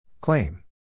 Claim